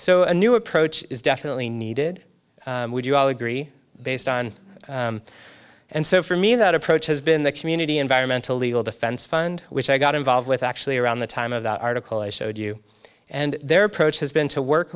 a new approach is definitely needed would you all agree based on and so for me that approach has been the community environmental legal defense fund which i got involved with actually around the time of that article i showed you and their approach has been to work